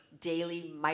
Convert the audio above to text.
daily